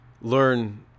learn